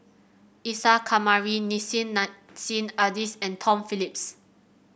Isa Kamari Nissim Nassim Adis and Tom Phillips